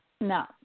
No